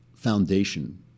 foundation